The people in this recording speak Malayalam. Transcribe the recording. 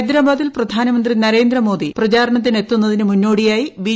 ഹൈദരാബാദിൽ പ്രധാനമന്ത്രി നരേന്ദ്രമോദി പ്രച്ച് രണ്ട്തിനെത്തുന്നതിന് മുന്നോടിയായി ബി